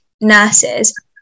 nurses